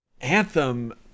Anthem